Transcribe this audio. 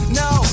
no